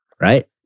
right